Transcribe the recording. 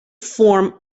form